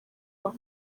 aho